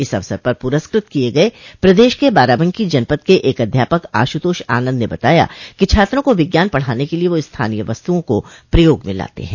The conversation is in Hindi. इस अवसर पर पुरस्कृत किये गये प्रदेश के बाराबंकी जनपद के एक अध्यापक आशुतोष आनन्द ने बताया कि छात्रों को विज्ञान पढ़ाने के लिये वह स्थानीय वस्तुओं को प्रयोग में लाते हैं